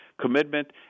commitment